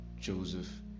Joseph